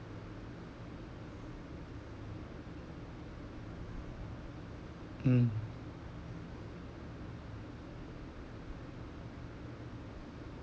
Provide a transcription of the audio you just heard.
mm